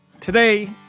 Today